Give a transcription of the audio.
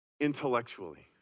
intellectually